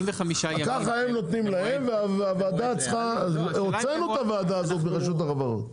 הם נותנים להם הוצאנו את הוועדה הזאת מרשות החברות.